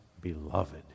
beloved